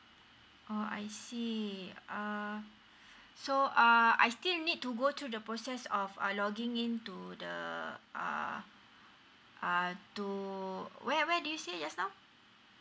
oh I see okay uh so uh I still need to go to the process of err logging into the uh uh to where where do you say just now